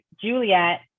Juliet